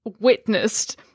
witnessed